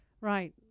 Right